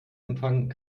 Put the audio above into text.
empfang